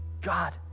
God